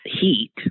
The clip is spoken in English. heat